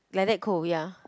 like that cold ya